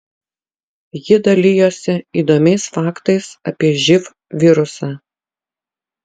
ji dalijosi įdomiais faktais apie živ virusą